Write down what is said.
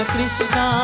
Krishna